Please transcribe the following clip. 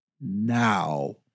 Now